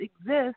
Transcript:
exist